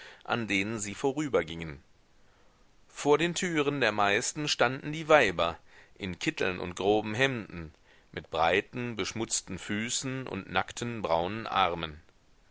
an denen sie vorübergingen vor den türen der meisten standen die weiber in kitteln und groben hemden mit breiten beschmutzten füßen und nackten braunen armen